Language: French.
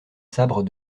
sabre